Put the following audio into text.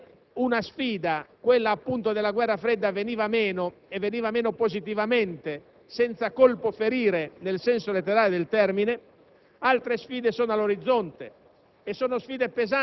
Del resto, la fine della guerra fredda e la caduta del muro di Berlino avevano messo in risalto l'esigenza di affrontare in maniera diversa le sfide di carattere economico